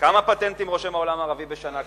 כמה פטנטים רושם העולם הערבי בשנה?